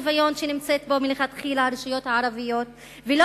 האי-שוויון שהרשויות הערביות נמצאות בו מלכתחילה ולא